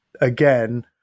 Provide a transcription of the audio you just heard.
again